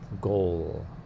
goal